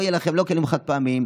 לא יהיו לכם לא כלים חד-פעמיים,